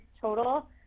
total